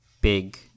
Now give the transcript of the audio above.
big